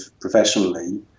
professionally